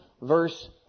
verse